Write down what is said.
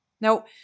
Now